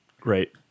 great